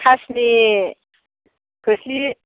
खासनि खोस्लि